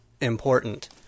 important